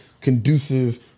conducive